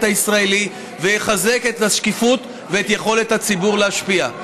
הישראלי ויחזק את השקיפות ואת יכולת הציבור להשפיע.